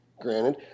granted